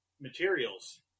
materials